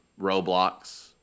Roblox